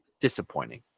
Disappointing